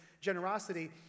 generosity